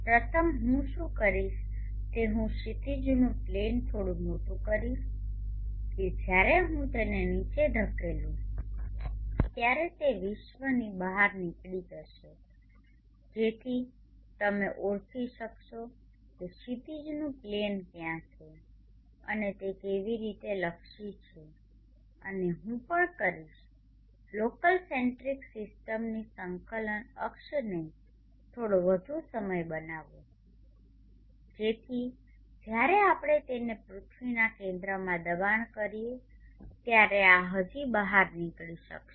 પ્રથમ હું શું કરીશ તે હું ક્ષિતિજનું પ્લેન થોડું મોટું કરીશ કે જ્યારે હું તેને નીચે ધકેલું ત્યારે તે વિશ્વની બહાર નીકળી જશે જેથી તમે ઓળખી શકશો કે ક્ષિતિજનું પ્લેન ક્યાં છે અને તે કેવી રીતે લક્ષી છે અને હું પણ કરીશ લોકલ સેન્ટ્રિક સિસ્ટમની સંકલન અક્ષને થોડો વધુ સમય બનાવો જેથી જ્યારે આપણે તેને પૃથ્વીના કેન્દ્રમાં દબાણ કરીએ ત્યારે આ હજી બહાર નીકળી શકે છે